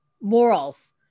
morals